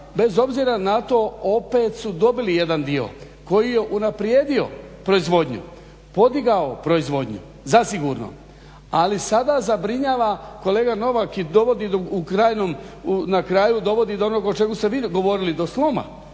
bez obzira na to opet su dobili jedan dio koji je unaprijedio proizvodnju, podigao proizvodnju zasigurno. Ali sada zabrinjava kolega Novak i dovodi, na kraju dovodi do onog o čemu ste vi govorili do sloma,